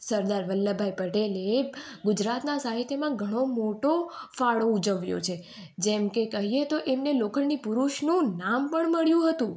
સરદાર વલ્લભભાઈ પટેલે ગુજરાતના સાહિત્યમાં ઘણો મોટો ફાળો ઉજવ્યો છે જેમકે કહીએ તો એમને લોખંડી પુરુષનું નામ પણ મળ્યું હતું